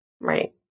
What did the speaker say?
right